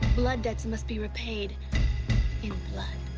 blood debts must be repaid in blood.